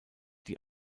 die